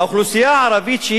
האוכלוסייה הערבית,